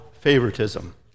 favoritism